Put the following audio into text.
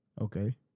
Okay